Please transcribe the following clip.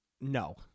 No